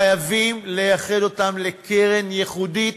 חייבים לייחד אותם לקרן ייחודית,